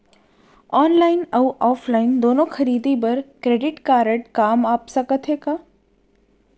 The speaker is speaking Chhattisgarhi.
ऑनलाइन अऊ ऑफलाइन दूनो खरीदी बर क्रेडिट कारड काम आप सकत हे का?